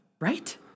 Right